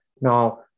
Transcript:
Now